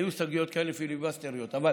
היו הסתייגויות פיליבסטריות כאלה,